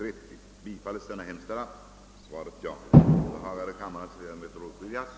Det var alltså ett löfte som ni gav och som ni inte hållit.